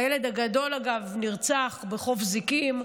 הילד הגדול, אגב, נרצח בחוף זיקים.